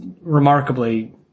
remarkably